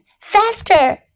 faster